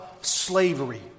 slavery